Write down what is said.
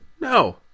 No